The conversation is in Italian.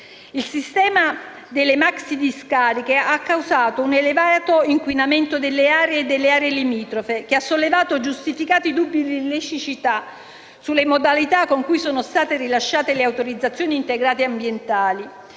Il sistema delle maxidiscariche ha causato un elevato inquinamento delle aree limitrofe, che ha sollevato giustificati dubbi di illiceità sulle modalità con cui sono state rilasciate le autorizzazioni integrate ambientali,